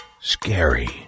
scary